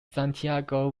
santiago